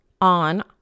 on